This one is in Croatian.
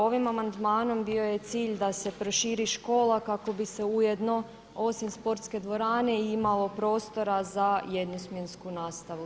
Ovim amandmanom bio je cilj da se proširi škola kako bi se ujedno osim sportske dvorane imalo prostora za jednosmjensku nastavu.